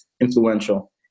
influential